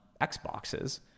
Xboxes